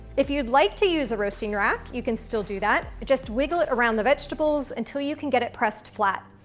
if you'd like to use a roasting rack you can still do that, just wiggle it around the vegetables until you can get it pressed flat.